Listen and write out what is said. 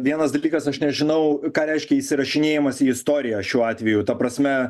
vienas dalykas aš nežinau ką reiškia įsirašinėjimas į istoriją šiuo atveju ta prasme